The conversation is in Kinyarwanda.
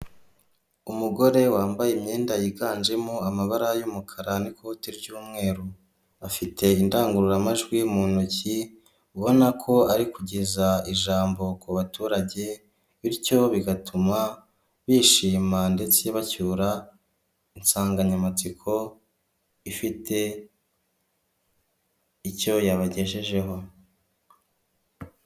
Umugore wambaye imyenda yiganjemo amabara y'umukara n'ikote ry'umweru afite indangururamajwi mu ntoki ubona ko ari kugeza ijambo ku baturage bityo bigatuma bishima ndetse bacyura insanganyamatsiko ifite icyo yabagejejeho.